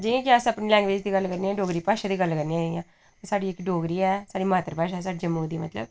जि'यां कि अस्स अपनी लैंग्वेज दी गल्ल करने आं डोगरी भाशा दी गल्ल करने आं जि'यां साढ़ी इक डोगरी ऐ साढ़ी मातृभाशा ऐ साढ़ी जम्मू दी मतलब